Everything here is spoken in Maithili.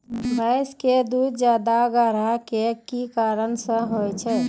भैंस के दूध ज्यादा गाढ़ा के कि कारण से होय छै?